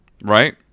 Right